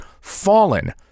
fallen